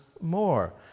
more